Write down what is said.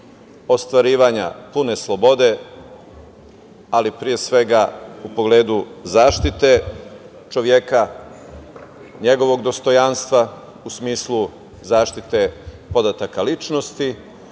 ostvarivanja pune slobode, ali pre svega u pogledu zaštite čoveka, njegovog dostojanstva, u smislu zaštite podataka ličnosti,